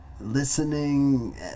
listening